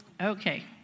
okay